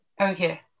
Okay